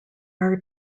are